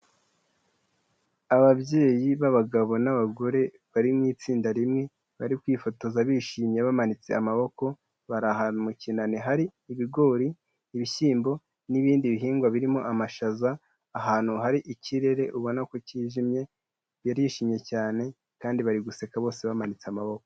Ababyeyi b'abagabo n'abagore bari mu itsinda rimwe bari kwifotoza bishimye bamanitse amaboko, bari ahantu mu kinani hari ibigori, ibishyimbo n'ibindi bihingwa birimo amashaza, ahantu hari ikirere ubona ko kijimye, barishimye cyane kandi bari guseka bose bamanitse amaboko.